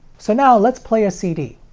so now let's play a cd.